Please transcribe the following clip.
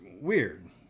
weird